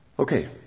Okay